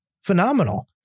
phenomenal